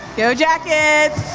go jackets!